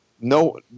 no